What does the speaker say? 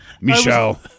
Michelle